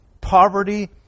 poverty